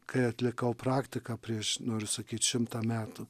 kai atlikau praktiką prieš noriu sakyt šimtą metų